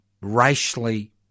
racially